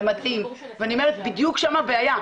ואני אומרת שבדיוק שם הבעיה.